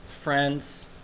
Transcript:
friends